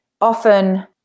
often